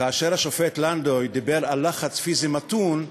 כאשר השופט לנדוי דיבר על לחץ פיזי מתון,